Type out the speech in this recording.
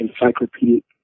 encyclopedic